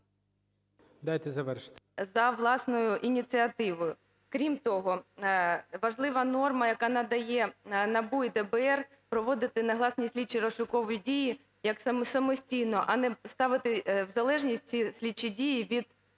Дайте завершити. ЯЦИК Ю.Г. ... за власною ініціативою. Крім того, важлива норма, яка надає НАБУ і ДБР проводити негласні слідчі розшукові дії, як самостійно, а не ставити в залежність ці слідчі дії від